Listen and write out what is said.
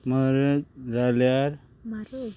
मरे जाल्यार